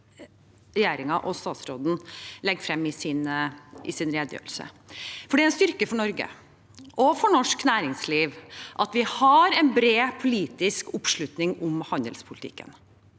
regjeringen og statsråden legger fram i sin redegjørelse, for det er en styrke for Norge og for norsk næringsliv at vi har en bred politisk oppslutning om handelspolitikken.